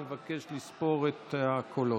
אני מבקש לספור את הקולות.